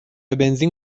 بنزین